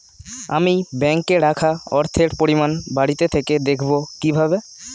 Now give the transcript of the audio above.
আমি ব্যাঙ্কে রাখা অর্থের পরিমাণ বাড়িতে থেকে দেখব কীভাবে?